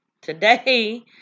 today